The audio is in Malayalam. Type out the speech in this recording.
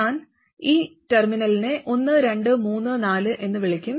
ഞാൻ ഈ ടെർമിനലിനെ ഒന്ന് രണ്ട് മൂന്ന് നാല് എന്ന് വിളിക്കും